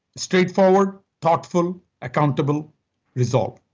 straightforward thoughtful accountable result.